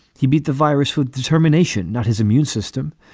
he beat the virus with determination, not his immune system.